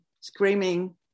screaming